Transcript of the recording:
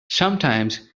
sometimes